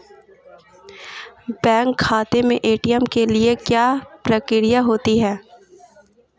Bank खाते में ATM के लिए क्या प्रक्रिया होती है?